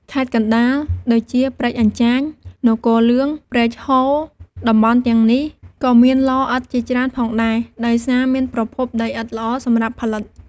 ខេត្តកណ្តាល ដូចជា ព្រែកអញ្ចាញ នគរលឿង ព្រែកហូរ តំបន់ទាំងនេះក៏មានឡឥដ្ឋជាច្រើនផងដែរ ដោយសារមានប្រភពដីឥដ្ឋល្អសម្រាប់ផលិត។